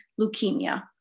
leukemia